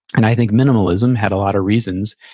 and i think minimalism had a lot of reasons,